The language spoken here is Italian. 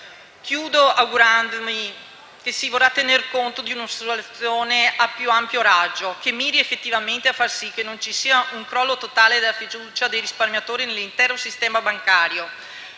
Concludo augurandomi che si vorrà tener conto di una soluzione a più ampio raggio, che miri effettivamente a far sì che non ci sia un crollo totale della fiducia dei risparmiatori nell'intero sistema bancario,